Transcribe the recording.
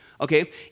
okay